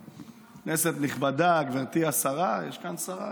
כנסת נכבדה, גברתי השרה, יש כאן שרה?